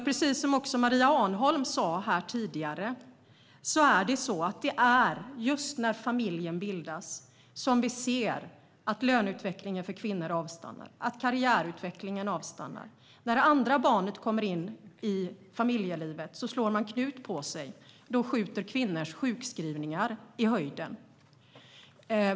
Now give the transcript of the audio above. Precis som Maria Arnholm sa här tidigare är det just när familjen bildas som vi ser att löneutvecklingen för kvinnor avstannar och att karriärutvecklingen avstannar. När det andra barnet kommer in i familjelivet slår man knut på sig. Då skjuter kvinnors sjukskrivningar i höjden.